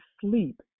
sleep